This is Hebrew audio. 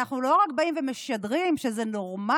אנחנו לא רק באים ומשדרים שזה נורמלי,